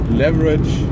leverage